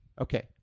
Okay